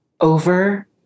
over